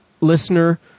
listener